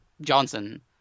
Johnson